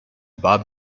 bob